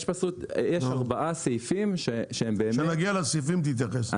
יש ארבעה סעיפים שהם באמת -- כשנגיע לסעיפים תתייחס.